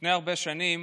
לפני הרבה שנים